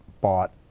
bought